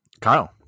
Kyle